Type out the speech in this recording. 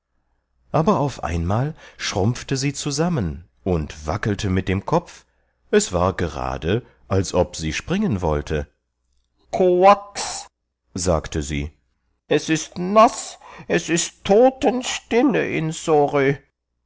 aber auf einmal schrumpfte sie zusammen und wackelte mit dem kopf es war gerade als ob sie springen wollte koax sagte sie es ist naß es ist todenstille in sorö